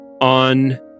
on